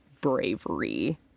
bravery